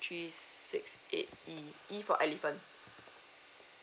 three six eight E E for elephant